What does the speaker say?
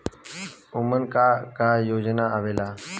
उमन का का योजना आवेला?